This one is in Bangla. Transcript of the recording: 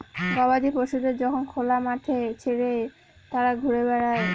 গবাদি পশুদের যখন খোলা মাঠে ছেড়ে তারা ঘুরে বেড়ায়